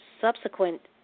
subsequent